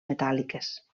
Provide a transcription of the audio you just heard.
metàl·liques